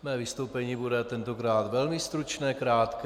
Moje vystoupení bude tentokrát velmi stručné, krátké.